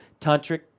tantric